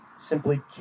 simply